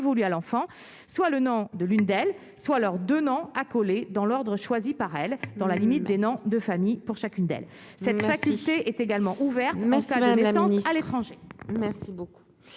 à l'enfant soit le nom de l'une d'elles, soit leur donnant accolés dans l'ordre choisi par elle, dans la limite des noms de famille pour chacune d'elles, cette facilité est également ouverte mais ça va à l'étranger.